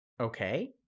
Okay